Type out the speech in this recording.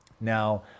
now